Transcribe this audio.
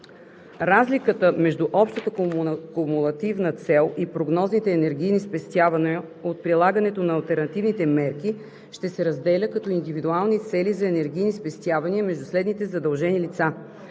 Разликата между общата кумулативна цел и прогнозните енергийни спестявания от прилагането на алтернативните мерки ще се разпределя като индивидуални цели за енергийни спестявания между следните задължени лица: